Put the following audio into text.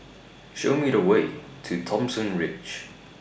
Show Me The Way to Thomson Ridge